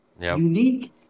unique